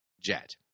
jet